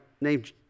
named